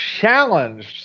challenged